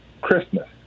Christmas